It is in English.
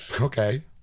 Okay